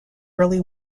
early